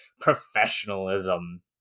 professionalism